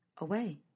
away